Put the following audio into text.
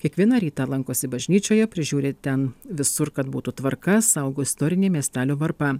kiekvieną rytą lankosi bažnyčioje prižiūri ten visur kad būtų tvarka saugo istorinį miestelio varpą